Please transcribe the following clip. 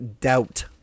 doubt